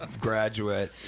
graduate